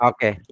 Okay